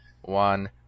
one